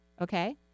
Okay